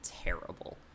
terrible